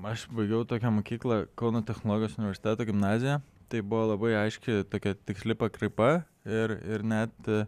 aš baigiau tokią mokyklą kauno technologijos universiteto gimnaziją tai buvo labai aiški tokia tiksli pakraipa ir ir net